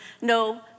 No